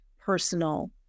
personal